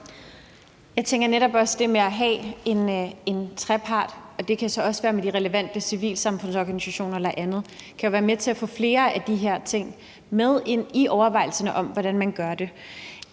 Jeg tænker netop også, at det at have en trepart også kan være relevant for civilsamfundsorganisationerne og andre for at være med til at få flere af de her ting med i overvejelserne om, hvordan man gør det.